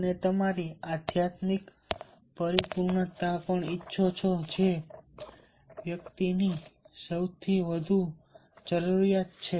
અને તમે તમારી આધ્યાત્મિક પરિપૂર્ણતા પણ ઇચ્છો છો જે વ્યક્તિની સૌથી વધુ જરૂરિયાત છે